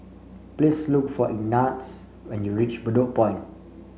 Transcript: please look for Ignatz when you reach Bedok Point